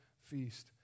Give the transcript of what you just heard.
feast